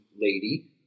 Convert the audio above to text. lady